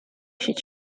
should